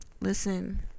Listen